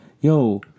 Yo